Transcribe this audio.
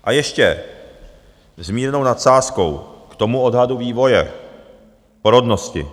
A ještě s mírnou nadsázkou k tomu odhadu vývoje porodnosti.